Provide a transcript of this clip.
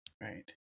right